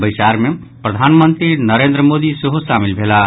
बैसार मे प्रधानमंत्री नरेन्द्र मोदी सेहो शामिल भेलाह